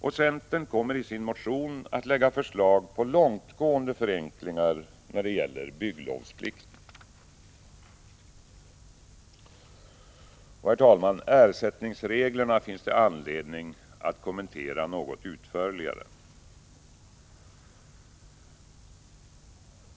Centern kommer i sin motion att lägga fram förslag på långtgående förenklingar när det gäller bygglovsplikten. Herr talman! Ersättningsreglerna finns det anledning att kommentera något utförligare.